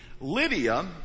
Lydia